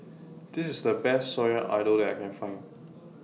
This IS The Best Sayur Lodeh that I Can Find